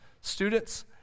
Students